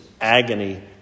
agony